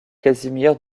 casimir